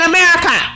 America